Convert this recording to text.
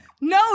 No